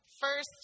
first